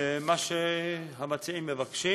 מה שהמציעים מבקשים.